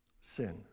sin